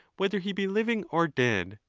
whether he be living or dead.